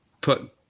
put